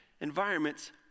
environments